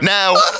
Now